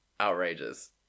Outrageous